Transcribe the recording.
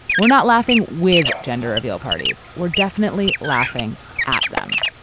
we're not laughing with gender reveal parties or definitely laughing at them